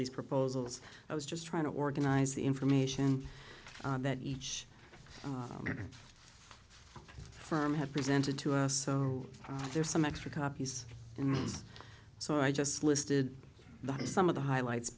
these proposals i was just trying to organize the information that each firm had presented to us so there's some extra copies and so i just listed the to some of the highlights